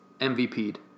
MVP'd